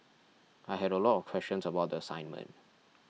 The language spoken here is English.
I had a lot of questions about the assignment